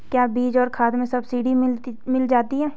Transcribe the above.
क्या बीज और खाद में सब्सिडी मिल जाती है?